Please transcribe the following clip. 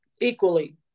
equally